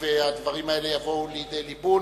והדברים האלה יבואו לידי ליבון.